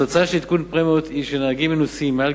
התוצאה של עדכון הפרמיות היא שנהגים מנוסים מעל